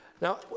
Now